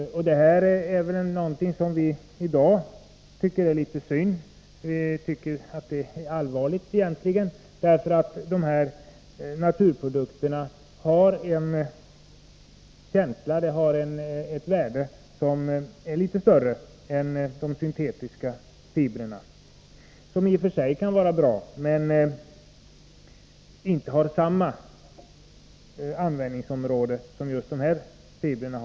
Det är något som vi i dag tycker är allvarligt, för de här naturprodukterna ger en annan känsla och har ett litet större värde än de syntetiska fibrerna. De kan i och för sig vara bra, men har inte samma användningsområde som naturfibrerna.